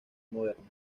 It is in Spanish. moderna